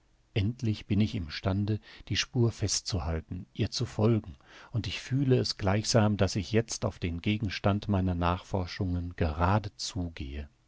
endlich bin ich im stande die spur festzuhalten ihr zu folgen und ich fühle es gleichsam daß ich jetzt auf den gegenstand meiner nachforschung gerade zugehe